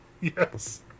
Yes